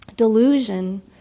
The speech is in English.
Delusion